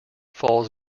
falls